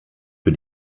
für